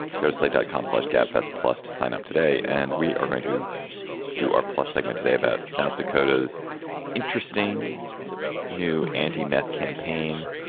ghostlike dot com slash gabfests. plus to sign up today. and we are going to do our plus segment today about south dakota's interesting new anti-meth campaign.